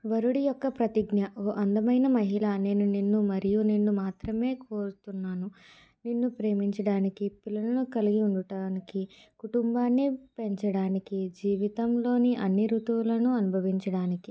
వరుడు యొక్క ప్రతిజ్ఞ ఓ అందమైన మహిళ నేను నిన్ను మరియు నిన్ను మాత్రమే కోరుతున్నాను నిన్ను ప్రేమించడానికి పిల్లలను కలిగి ఉండటానికి కుటుంబాన్నే పెంచడానికి జీవితంలోని అన్ని ఋతువులుని అనుభవించడానికి